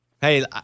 hey